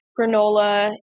granola